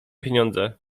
pieniądze